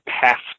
passed